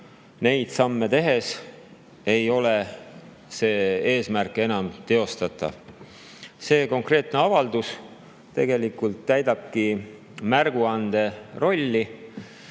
neid samme tehes ei ole see eesmärk enam teostatav. See konkreetne avaldus tegelikult täidabki märguande rolli.